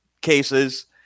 cases